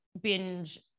binge